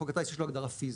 חוק הטיס יש לו הגדרה פיזית.